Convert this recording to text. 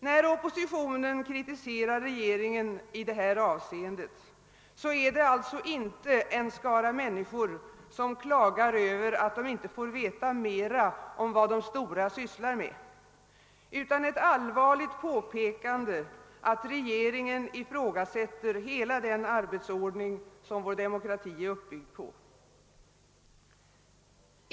När oppositionen kritiserar regeringen i detta avseende är det alltså inte en skara människor som klagar över att de inte får veta mera om vad de stora sysslar med utan ett allvarligt påpekande att regeringen ifrågasätter hela den arbetsordning som vår demokrati är uppbyggd på.